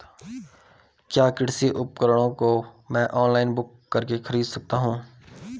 क्या कृषि उपकरणों को मैं ऑनलाइन बुक करके खरीद सकता हूँ?